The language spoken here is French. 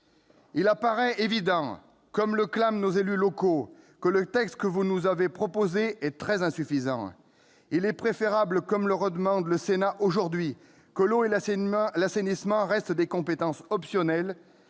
Il apparaît évident, comme le clament nos élus locaux, que le texte que vous nous avez proposé est très insuffisant. Il est préférable, comme le redemande le Sénat aujourd'hui, que l'eau et l'assainissement restent des compétences optionnelles